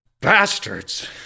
Bastards